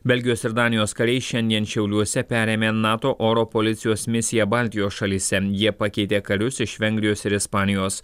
belgijos ir danijos kariai šiandien šiauliuose perėmė nato oro policijos misiją baltijos šalyse jie pakeitė karius iš vengrijos ir ispanijos